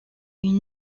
une